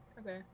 Okay